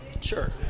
Sure